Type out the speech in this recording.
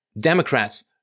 Democrats